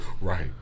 Right